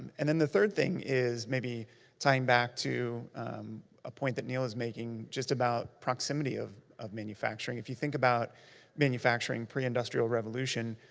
and then the third thing is maybe tying back to a point that neil is making, just about proximity of of manufacturing. if you think about manufacturing pre-industrial revolution,